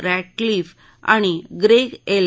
Ratcliffe आणि Greg L